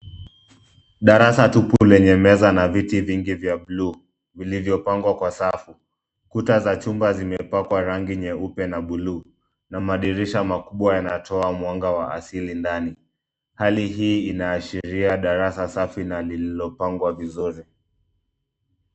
Darasa tupu lenye meza na viti vingi vya bluu, vilivyopangwa kwa safu. Kuta za chumba zimepakwa rangi nyeupe na bluu, na madirisha makubwa yanatoa mwanga wa asili ndani. Hali hii inaashiria darasa safi na lililopangwa vizuri.